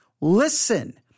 Listen